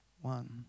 one